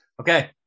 Okay